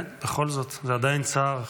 כן, בכל זאת, זה עדיין צער.